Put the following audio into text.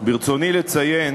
ברצוני לציין